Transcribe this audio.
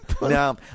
No